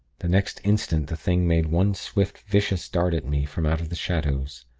the next instant the thing made one swift, vicious dart at me, from out of the shadows.